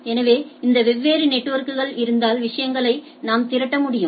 எனவே இந்த வெவ்வேறு நெட்வொர்க்குகள் இருந்தால் விஷயங்களை நாம் திரட்ட முடியும்